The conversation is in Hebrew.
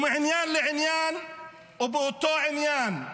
ומעניין לעניין באותו עניין.